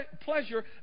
pleasure